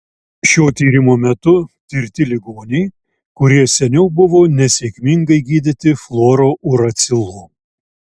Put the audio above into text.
šio tyrimo metu tirti ligoniai kurie seniau buvo nesėkmingai gydyti fluorouracilu